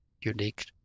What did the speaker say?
unique